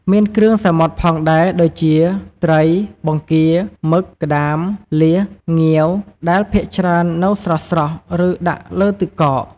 មានគ្រឿងសមុទ្រផងដែរដូចជា ត្រី បង្គា មឹក ក្តាម លៀស ងាវ ដែលភាគច្រើននៅស្រស់ៗ ឬដាក់លើទឹកកក។